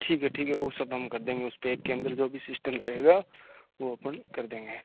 ठीक है ठीक है वह सब हम कर देंगे उसपे एक केंद्र जो भी सिस्टम रहेगा वह अपन कर देंगे